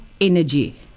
energy